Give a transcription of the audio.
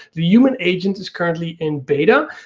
the human agent is currently in beta,